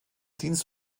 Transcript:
dienst